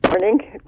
Morning